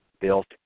built